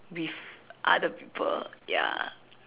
with other people ya